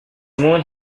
moon